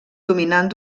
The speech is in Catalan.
dominant